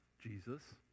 Jesus